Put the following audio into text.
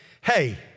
hey